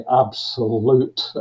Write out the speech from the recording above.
absolute